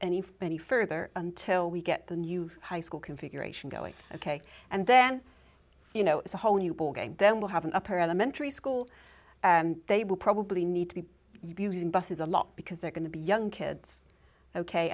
if any further until we get the new high school configuration going ok and then you know it's a whole new ballgame then we'll have an upper elementary school and they will probably need to be using buses a lot because they're going to be young kids ok